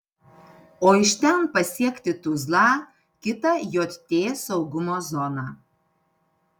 o iš ten pasiekti tuzlą kitą jt saugumo zoną